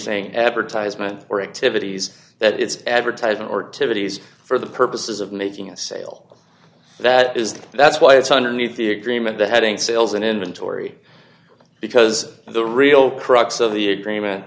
saying ever ties meant for activities that it's advertising or timothy's for the purposes of making a sale that is that's why it's underneath the agreement the heading sales and inventory because the real crux of the agreement